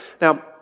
Now